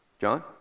John